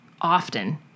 often